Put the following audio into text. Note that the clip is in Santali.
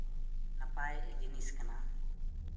ᱱᱟᱯᱟᱭ ᱡᱤᱱᱤᱥ ᱠᱟᱱᱟ